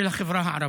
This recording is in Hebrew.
של החברה הערבית.